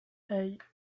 hey